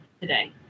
today